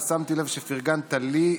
אבל שמתי לב שפרגנת לי,